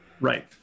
Right